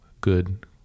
good